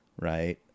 right